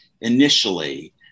initially